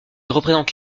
représente